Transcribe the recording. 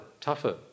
tougher